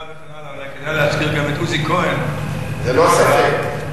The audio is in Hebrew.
כדאי להזכיר גם את עוזי כהן, ללא ספק.